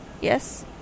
Yes